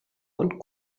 und